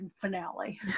finale